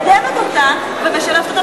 את מקדמת אותה ומשלבת אותה בכל החברה.